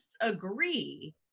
agree